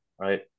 right